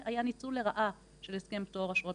שהיה ניצול לרעה של הסכם פטור מאשרות